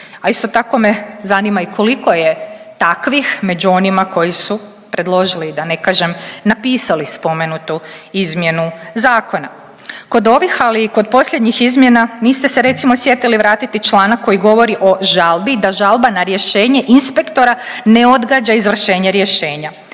a isto tako me zanima i koliko je takvih među onima koji su predložili da ne kažem napisali spomenutu izmjenu zakona. Kod ovih, ali i kod posljednjih izmjena niste se recimo sjetili vratiti članak koji govori o žalbi, da žalba na rješenje inspektora ne odgađa izvršenje rješenja